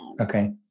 Okay